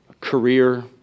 career